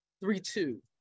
Three-two